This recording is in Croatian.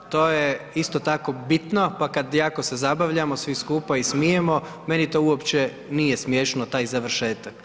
To je isto tako bitno, pa kad jako se zabavljamo svi skupa i smijemo meni to uopće nije smiješno, taj završetak.